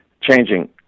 changing